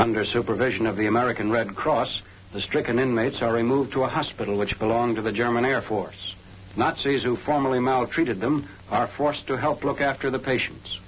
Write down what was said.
under supervision of the american red cross the stricken inmates are removed to a hospital which belong to the german airforce nazis who formerly mao treated them are forced to help look after the patients